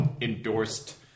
endorsed